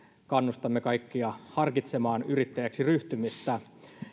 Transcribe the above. kannustamme kaikkia harkitsemaan yrittäjäksi ryhtymistä